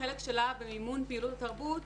החלק שלה במימון פעילות תרבות,